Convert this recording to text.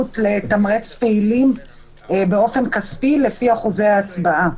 ההסתייגות לתמרץ כספית פעילים לפי אחוזי הצבעה,